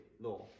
law